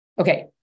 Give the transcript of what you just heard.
Okay